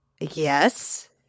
Yes